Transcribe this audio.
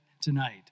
tonight